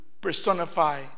personify